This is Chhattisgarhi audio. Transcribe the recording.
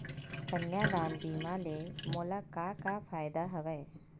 कन्यादान बीमा ले मोला का का फ़ायदा हवय?